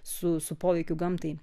su su poveikiu gamtai